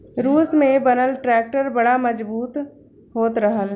रूस में बनल ट्रैक्टर बड़ा मजबूत होत रहल